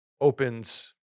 opens